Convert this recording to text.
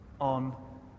on